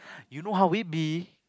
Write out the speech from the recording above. you know how we'd be